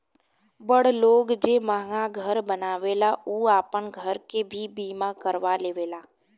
बड़ लोग जे महंगा घर बनावेला उ आपन घर के भी बीमा करवा लेवेला